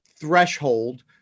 threshold